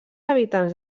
habitants